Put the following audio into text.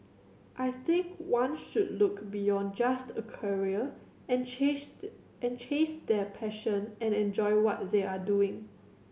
I think one should look beyond just a career and the and chase their passion and enjoy what they are doing